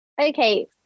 Okay